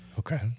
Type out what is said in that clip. Okay